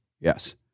Yes